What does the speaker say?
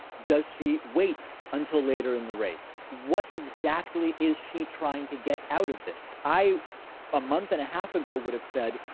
does she wait until later in the race? what exactly is she trying to get out of this? a month and a half ago, would have said,